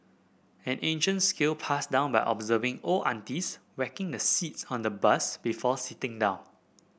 an ancient skill passed down by observing old aunties whacking the seats on the bus before sitting down